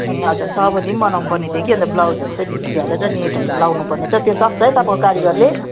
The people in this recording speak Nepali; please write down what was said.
ए हजुर चोबन्दी पनि बनाउनुपर्ने थियो कि अन्त ब्लाउजहरू चाहिँ भित्री हालेर नेटहरू लाउनुपर्ने छ त्यो सक्छ है तपाईँको कारिगरले